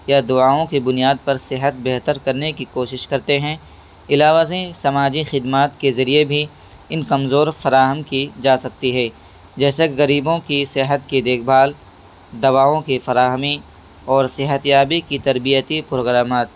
یا دعاؤں کی بنیاد پر صحت بہتر کرنے کی کوشش کرتے ہیں علاوہ ازیں سماجی خدمات کے ذریعے بھی ان کمزور فراہم کی جا سکتی ہے جیسا غریبوں کی صحت کی دیکھ بھال دواؤں کی فراہمی اور صحت یابی کی تربیتی پروگرامات